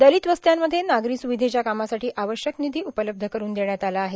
दलित वस्त्यांमध्ये नागरी सुविधेच्या कामासाठी आवश्यक निघी उपलब्ध करुन देण्यात आला आहे